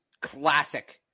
classic